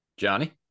Johnny